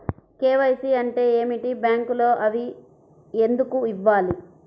KYC అంటే ఏమిటి? బ్యాంకులో అవి ఎందుకు ఇవ్వాలి?